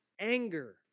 Anger